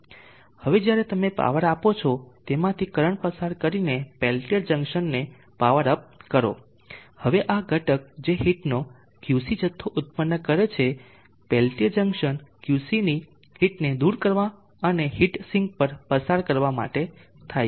હવે જ્યારે તમે પાવર આપો છો તેમાંથી કરંટ પસાર કરીને પેલ્ટીયર જંકશનને પાવર અપ કરો હવે આ ઘટક જે હીટનો QC જથ્થો ઉત્પન્ન કરે છે પેલ્ટિયર જંકશન QC ની હીટને દૂર કરવા અને હીટ સિંક પર પસાર કરવા માટે થાય છે